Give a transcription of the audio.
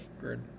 Good